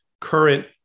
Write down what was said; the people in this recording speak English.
current